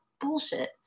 bullshit